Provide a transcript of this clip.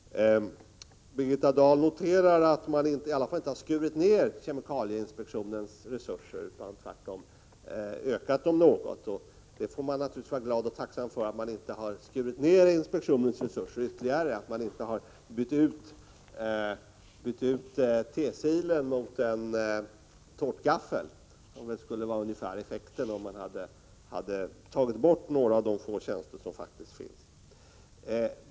Birgitta Dahl noterar att kemikalieinspektionens resurser i alla fall inte har skurits ned, utan tvärtom ökats något. Man får naturligtvis vara glad och tacksam för att inspektionens resurser inte har skurits ned ytterligare, att inte tesilen har bytts ut mot en tårtgaffel. Det skulle vara den ungefärliga effekten om man hade tagit bort några av de få tjänster som finns i dag.